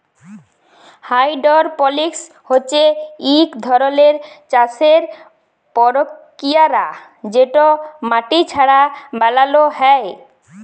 hydroponics হছে ইক ধরলের চাষের পরকিরিয়া যেট মাটি ছাড়া বালালো হ্যয়